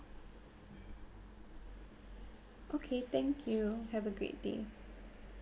okay thank you have a great day